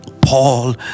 Paul